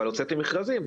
אבל הוצאתי מכרזים,